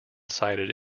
cited